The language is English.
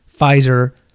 Pfizer